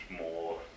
more